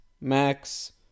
Max